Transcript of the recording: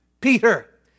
Peter